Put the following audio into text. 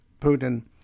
Putin